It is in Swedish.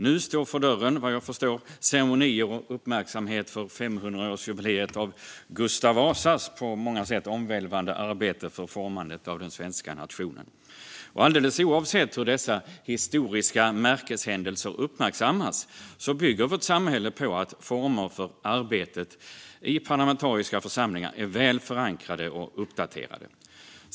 Nu står för dörren, vad jag förstår, ceremonier och uppmärksamhet för 500-årsjubileet av Gustav Vasas på många sätt omvälvande arbete för formandet av den svenska nationen. Alldeles oavsett hur dessa historiska märkeshändelser uppmärksammas bygger vårt samhälle på att formerna för arbetet i parlamentariska församlingar är väl förankrade och uppdaterade.